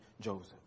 Joseph